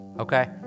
Okay